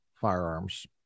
firearms